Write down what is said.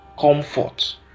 comfort